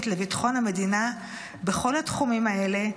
לביטחון המדינה בכל התחומים האלה,